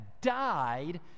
died